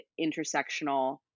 intersectional